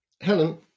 Helen